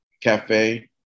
Cafe